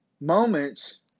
moments